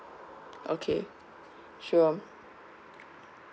okay sure